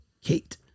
Kate